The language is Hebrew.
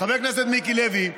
חבר הכנסת מיקי לוי,